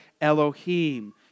Elohim